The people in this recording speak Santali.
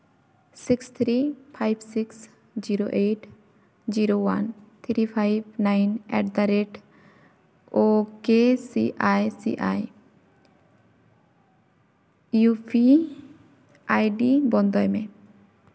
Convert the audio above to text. six three five six zero eight zero one three five nine at the rate O K C I C I U P ID ᱵᱚᱱᱫᱚᱭ ᱢᱮ